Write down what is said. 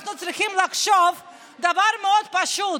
אנחנו צריכים לחשוב על דבר מאוד פשוט,